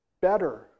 better